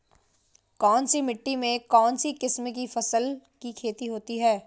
कौनसी मिट्टी में कौनसी किस्म की फसल की खेती होती है?